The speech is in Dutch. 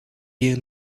hier